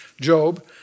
Job